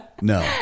No